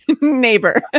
neighbor